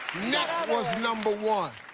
neck was number one.